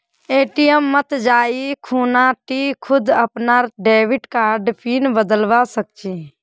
ATM मत जाइ खूना टी खुद अपनार डेबिट कार्डर पिन बदलवा सख छि